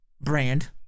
brand